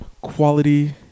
quality